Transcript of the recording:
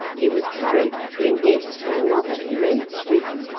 he was carried between it and another immense reef.